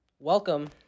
welcome